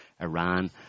iran